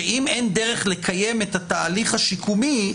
שאם אין דרך לקיים את התהליך השיקומי,